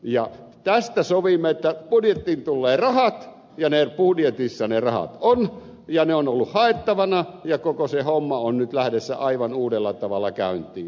ja tästä sovimme että budjettiin tulee rahat ja budjetissa ne rahat on ja ne ovat olleet haettavana ja koko se homma on nyt lähdössä aivan uudella tavalla käyntiin